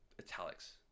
italics